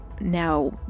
now